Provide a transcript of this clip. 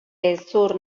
hezur